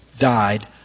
died